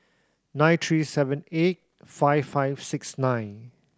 nine three seven eight five five six nine